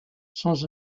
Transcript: sans